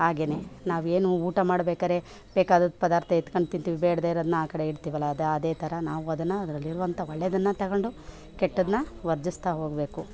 ಹಾಗೇಯೇ ನಾವು ಏನು ಊಟ ಮಾಡ್ಬೇಕಾದ್ರೆ ಬೇಕಾದ ಪದಾರ್ಥ ಎತ್ಕೊಂಡು ತಿಂತೀವಿ ಬೇಡದೇ ಇರೋದನ್ನ ಆ ಕಡೆಗೆ ಇಡ್ತೀವಿ ಅಲ್ಲ ಅದು ಅದೇ ಥರ ನಾವು ಅದನ್ನ ಅದರಲ್ಲಿ ಇರುವಂಥ ಒಳ್ಳೇದನ್ನು ತಗೊಂಡು ಕೆಟ್ಟದನ್ನ ವರ್ಜಿಸ್ತಾ ಹೋಗಬೇಕು